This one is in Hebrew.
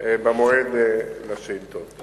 במועד על שאילתות.